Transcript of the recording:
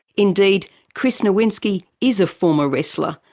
indeed chris nowinski is a former wrestler,